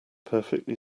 perfectly